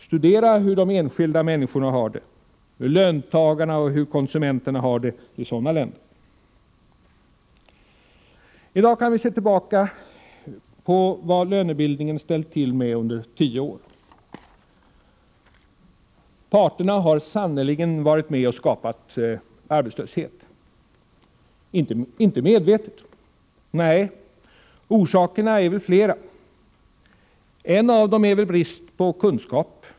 Studera hur de enskilda människorna, löntagarna och konsumenterna, har det i sådana länder! I dag kan vi se tillbaka på vad lönebildningen har ställt till med under tio år. Parterna har sannerligen varit med om att skapa arbetslöshet. Inte medvetet —nej, orsakerna är väl flera. En av dem är väl helt enkelt brist på kunskap.